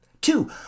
Two